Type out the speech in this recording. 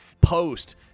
post